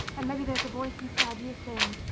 and maybe there's a voice inside you saying.